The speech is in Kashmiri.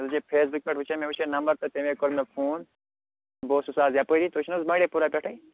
یہِ فیس بُک پٮ۪ٹھ وُچھے مےٚ نمبَر تہٕ تَمے کوٚر مےٚ فون بہٕ اوسُس اَز یَپٲری تُہۍ چھُو نہٕ حظ بانٛڈی پوٗرا پٮ۪ٹھٕے